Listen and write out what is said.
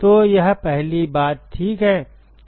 तो यह पहली बात ठीक है